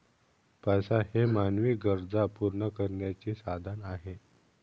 पैसा हे मानवी गरजा पूर्ण करण्याचे साधन आहे